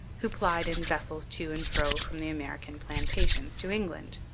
who plied in vessels to and fro from the american plantations to england.